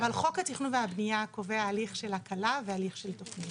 אבל חוק התכנון והבנייה קובע הליך של הקלה והליך של תוכנית.